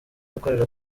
ukorera